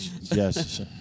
yes